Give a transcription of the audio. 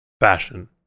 fashion